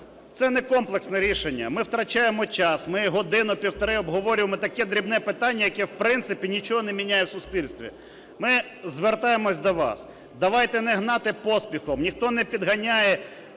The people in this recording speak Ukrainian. Це не комплексне рішення, ми втрачаємо час, ми годину-півтори обговорюємо таке дрібне питання, яке, в принципі, нічого не міняє в суспільстві. Ми звертаємося до вас, давайте не гнати поспіхом, ніхто не підганяє,